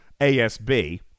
ASB